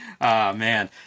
man